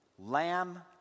Lamb